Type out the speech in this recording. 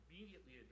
immediately